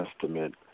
Testament